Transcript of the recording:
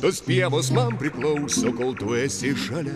tos pievos man priklauso kol tu esi šalia